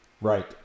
Right